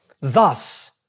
Thus